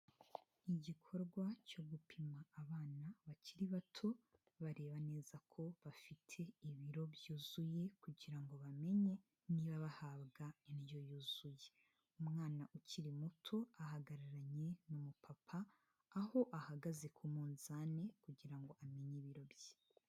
Igikorwa cyo gupima abana bakiri bato bareba neza ko bafite ibiro byuzuye kugira ngo bamenye niba bahabwa indyo yuzuye, umwana ukiri muto ahagararanye n'umupapa, aho ahagaze ku munzani kugira ngo amenye ibiro bye.